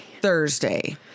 Thursday